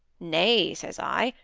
nay, says i,